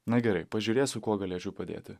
na gerai pažiūrėsiu kuo galėčiau padėti